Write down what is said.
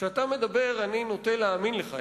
כשאתה מדבר אני נוטה להאמין לך,